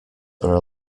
are